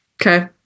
Okay